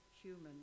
human